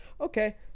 Okay